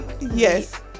yes